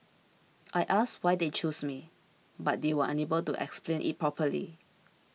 I asked why they chose me but they were unable to explain it properly